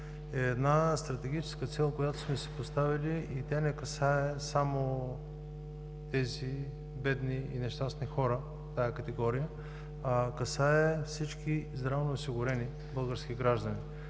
е една стратегическа цел, която сме си поставили, и тя не касае само тази категория „бедни и нещастни хора“, а касае всички здравноосигурени български граждани.